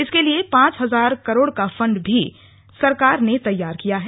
इसके लिए पाँच हजार करोड़ का फंड भी सरकार ने तैयार किया है